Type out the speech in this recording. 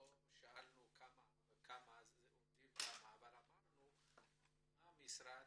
לא שאלנו אמנם כמה עובדים אבל שאלנו לגבי העשייה של המשרד.